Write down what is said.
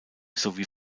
sowie